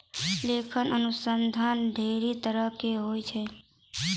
लेखांकन अनुसन्धान ढेरी तरहो के होय छै